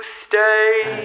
stay